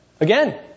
Again